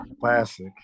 Classic